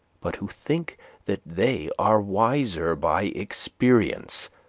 but who think that they are wiser by experience,